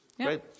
Great